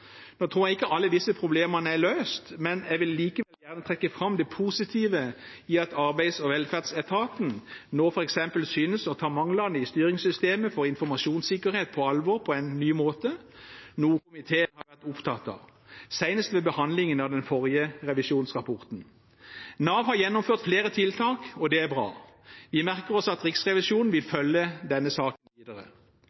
nå f.eks. synes å ta manglene i styringssystemet for informasjonssikkerhet på alvor på en ny måte, noe komiteen har vært opptatt av, senest ved behandlingen av den forrige revisjonsrapporten. Nav har gjennomført flere tiltak, og det er bra. Vi merker oss at Riksrevisjonen vil